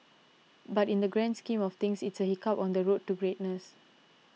but in the grand scheme of things it's a hiccup on the road to greatness